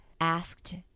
asked